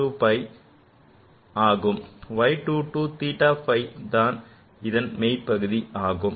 Y 2 2 theta phi தான் இதன் மெய் பகுதி ஆகும்